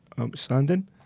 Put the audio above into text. outstanding